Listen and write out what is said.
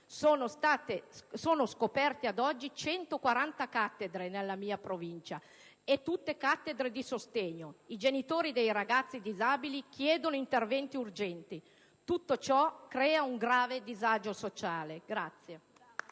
scoperte 140 cattedre nella mia Provincia, tutte cattedre di sostegno. I genitori dei ragazzi disabili chiedono interventi urgenti. Tutto ciò crea un grave disagio sociale.